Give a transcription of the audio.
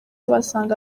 basanga